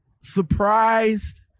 surprised